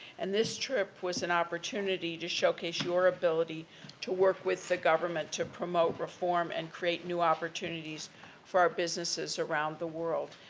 and, this trip was an opportunity to showcase your ability to work with the government to promote reform and create more opportunities for our businesses around the world.